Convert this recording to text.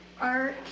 art